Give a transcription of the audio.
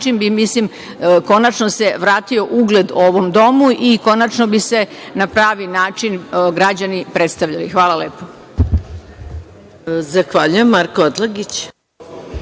bi se konačno vratio ugled ovom domu i konačno bi se na pravi način građani predstavljali. Hvala lepo.